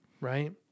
right